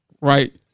right